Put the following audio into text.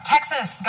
Texas